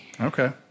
Okay